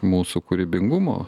mūsų kūrybingumo